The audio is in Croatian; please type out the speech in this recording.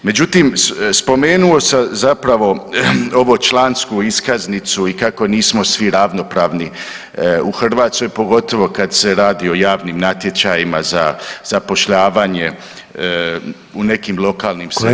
Međutim, spomenuo sam zapravo ovu člansku iskaznicu i kako nismo svi ravnopravni u Hrvatskoj, pogotovo kad se radi o raznim natječajima za zapošljavanje u nekim lokalnim sredinama.